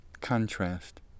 contrast